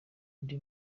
undi